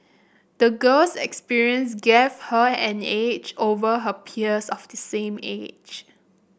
the girl's experience gave her an edge over her peers of the same age